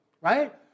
Right